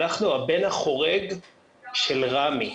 אנחנו הבן החורג של רמ"י.